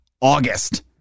August